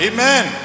Amen